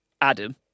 Adam